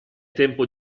tempo